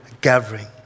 gathering